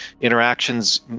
interactions